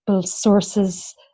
sources